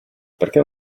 perché